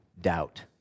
doubt